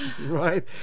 right